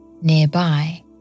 Nearby